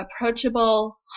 approachable